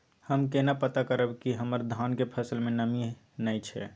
हम केना पता करब की हमर धान के फसल में नमी नय छै?